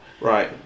Right